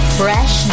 fresh